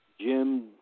Jim